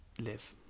live